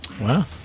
Wow